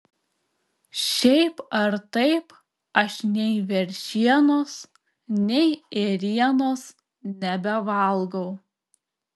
šiaip ar taip aš nei veršienos nei ėrienos nebevalgau